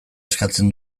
eskatzen